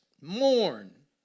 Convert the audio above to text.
mourn